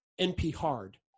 NP-hard